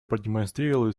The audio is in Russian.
продемонстрировали